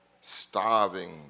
starving